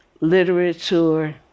literature